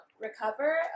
recover